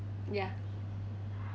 ya